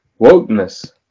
wokeness